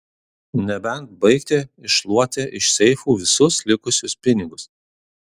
nebent baigti iššluoti iš seifų visus likusius pinigus